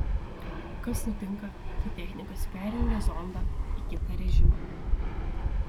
kas nutinka kai technikas perjungia zondą į kitą režimą